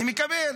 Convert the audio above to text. אני מקבל.